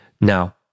Now